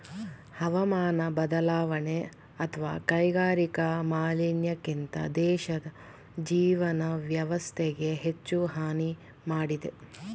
ಹವಾಮಾನ ಬದಲಾವಣೆ ಅತ್ವ ಕೈಗಾರಿಕಾ ಮಾಲಿನ್ಯಕ್ಕಿಂತ ದೇಶದ್ ಜೀವನ ವ್ಯವಸ್ಥೆಗೆ ಹೆಚ್ಚು ಹಾನಿ ಮಾಡಿದೆ